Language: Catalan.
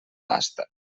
pasta